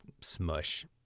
smush